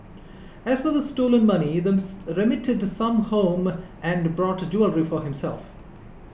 as for the stolen money remitted some home and bought jewellery for herself